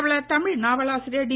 பிரபல தமிழ் நாவலாசிரியர் டி